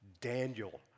Daniel